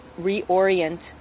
reorient